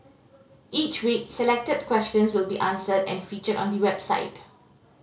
each week selected questions will be answered and featured on the website